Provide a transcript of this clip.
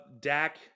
Dak